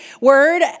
word